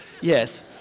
Yes